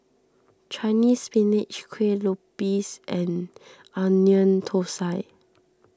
Chinese Spinach Kuih Lopes and Onion Thosai